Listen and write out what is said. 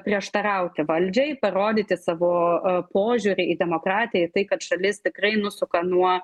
prieštarauti valdžiai parodyti savo požiūrį į demokratiją į tai kad šalis tikrai nusuka nuo